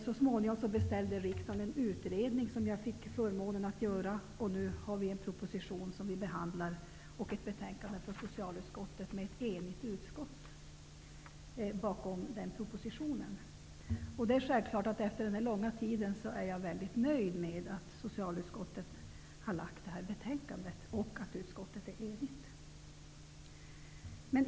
Så småningom beställde riksdagen en utredning som jag fick förmånen att göra, och nu finns det en proposition som vi behandlar och ett betänkande från ett enigt socialutskott. Det är självklart att jag efter denna långa tid är väldigt nöjd med att socialutskottet har lagt fram det här betänkandet, och att utskottet är enigt.